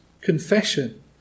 confession